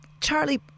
Charlie